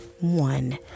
one